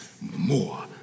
more